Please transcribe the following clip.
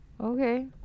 Okay